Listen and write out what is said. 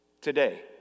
today